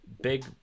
big